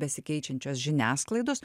besikeičiančios žiniasklaidos